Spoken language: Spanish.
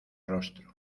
rostro